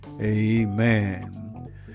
amen